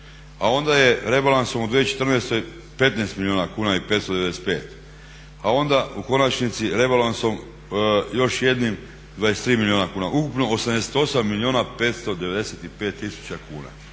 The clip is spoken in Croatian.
a onda je rebalans u 2014. 15 milijuna kuna i 595, a onda u konačnici rebalansom još jednim 23 milijuna kuna, ukupno 88 milijuna 595 tisuća kuna.